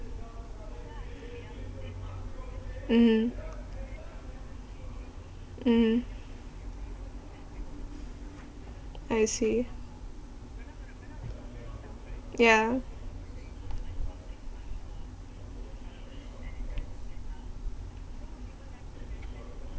mmhmm mmhmm I see yeah